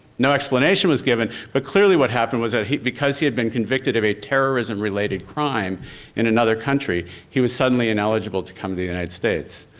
no explanation was given, but clearly what happened was that he because he had been convicted of a terrorism-related crime in another country, he was suddenly ineligible to come to the united states.